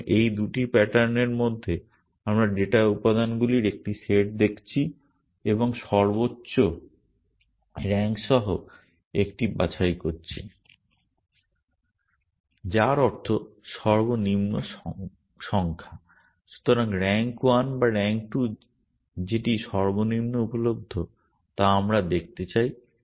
সুতরাং এই 2টি প্যাটার্নের মধ্যে আমরা ডেটা উপাদানগুলির একটি সেট দেখছি এবং সর্বোচ্চ র্যাঙ্ক সহ একটি বাছাই করছি যার অর্থ সর্বনিম্ন সংখ্যা । সুতরাং র্যাঙ্ক 1 বা র্যাঙ্ক 2 যেটি সর্বনিম্ন উপলব্ধ তা আমরা দেখতে চাই